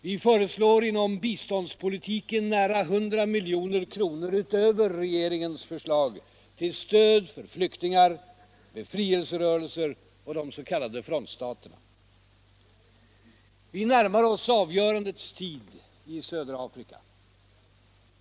Vi föreslår inom biståndspolitiken nära 100 milj.kr. utöver regeringens förslag till stöd för flyktingar, befrielserörelser och de s.k. frontstaterna. Vi närmar oss avgörandets tid i södra Afrika.